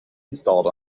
installed